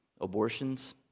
abortions